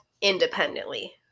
independently